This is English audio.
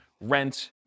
rent